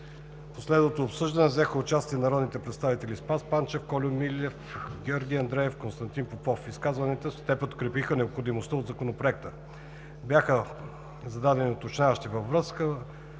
последвалото обсъждане взеха участие народните представители Спас Панчев, Кольо Милев, Георги Андреев и Константин Попов. В изказванията си те подкрепиха необходимостта от Законопроекта. Бяха зададени уточняващи въпроси